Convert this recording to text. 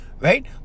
Right